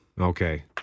Okay